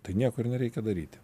tai nieko ir nereikia daryti